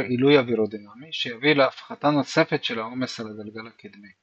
עילוי אווירודינמי שיביא להפחתה נוספת של העומס על הגלגל הקדמי.